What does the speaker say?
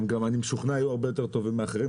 הם גם אני משוכנע יהיו הרבה יותר טובים מאחרים,